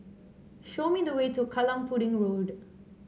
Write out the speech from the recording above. show me the way to Kallang Pudding Road